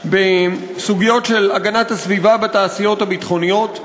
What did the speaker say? בסוגיות של הגנת הסביבה בתעשיות הביטחוניות.